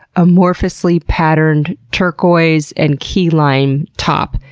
amorphously-patterned, turquoise and key lime top.